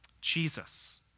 Jesus